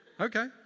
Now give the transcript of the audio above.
okay